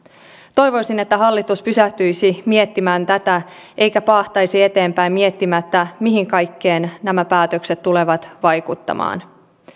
toivoisin että hallitus pysähtyisi miettimään tätä eikä paahtaisi eteenpäin miettimättä mihin kaikkeen nämä päätökset tulevat vaikuttamaan